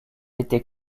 était